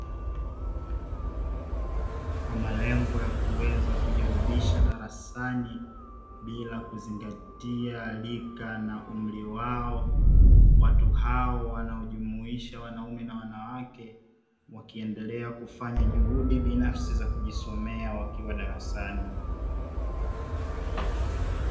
Kwa malengo ya kuweza kujirudisha darasani bila kuzingatia rika na umri wao watu hao wanaojumuisha wanaume na wanawake wakiendelea kufanya juhudi binafsi za kujisomea wakiwa darasani.